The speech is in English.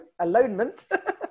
alonement